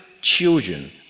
Children